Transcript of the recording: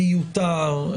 מיותר,